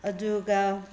ꯑꯗꯨꯒ